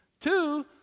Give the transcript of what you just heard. two